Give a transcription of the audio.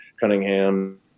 Cunningham